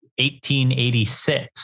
1886